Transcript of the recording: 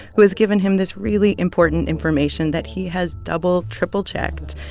who has given him this really important information that he has double, triple-checked.